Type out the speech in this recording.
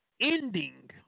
ending